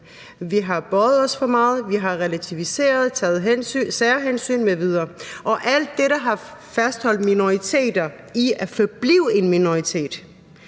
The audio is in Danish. Vi har bøjet os for meget, vi har relativiseret, taget særhensyn m.v., og alt det har fastholdt minoriteter i at forblive minoriteter.